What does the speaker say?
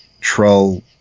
Troll